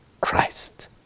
Christ